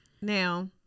now